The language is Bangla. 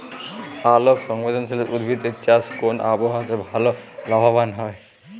আলোক সংবেদশীল উদ্ভিদ এর চাষ কোন আবহাওয়াতে ভাল লাভবান হয়?